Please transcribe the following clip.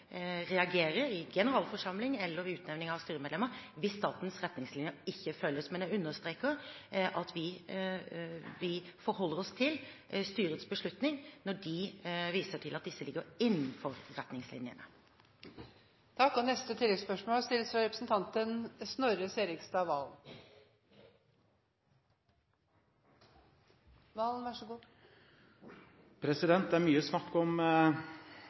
reagere i generalforsamling eller ved utnevning av styremedlemmer hvis statens retningslinjer ikke følges. Men jeg understreker at vi forholder oss til styrets beslutning når de viser til at disse ligger innenfor retningslinjene. Snorre Serigstad Valen – til oppfølgingsspørsmål. Det er mye snakk om